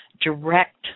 direct